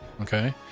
Okay